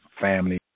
family